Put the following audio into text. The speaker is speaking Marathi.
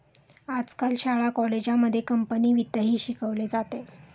आजकाल शाळा कॉलेजांमध्ये कंपनी वित्तही शिकवले जाते